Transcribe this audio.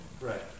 Right